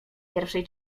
pierwszej